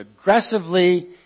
aggressively